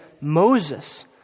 Moses